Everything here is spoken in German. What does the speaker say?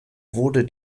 wurde